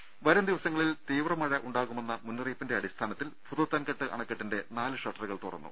രംഭ വരും ദിവസങ്ങളിൽ തീവ്രമഴ ഉണ്ടാകുമെന്ന മുന്നറിയിപ്പിന്റെ അടിസ്ഥാനത്തിൽ ഭൂതത്താൻകെട്ട് അണക്കെട്ടിന്റെ നാല് ഷട്ടറുകൾ തുറന്നു